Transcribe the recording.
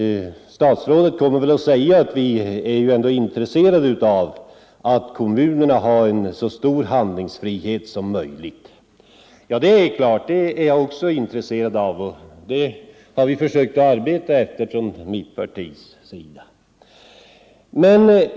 Statsrådet kommer väl att säga att vi alla är intresserade av att kommunerna har så stor handlingsfrihet som möjligt. Ja, det är naturligtvis också jag intresserad av, och den saken har mitt parti försökt arbeta för.